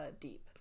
deep